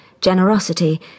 generosity